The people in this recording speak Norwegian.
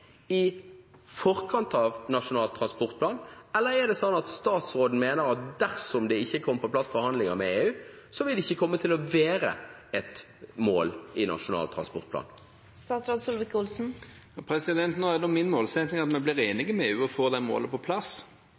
i forkant av Nasjonal transportplan, eller er det sånn at statsråden mener at dersom det ikke kommer på plass forhandlinger med EU, vil dette ikke komme til å være et mål i Nasjonal transportplan? Nå er det min målsetting at vi blir enige med EU og får det målet på plass.